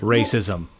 Racism